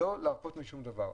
אסור להרפות משום דבר.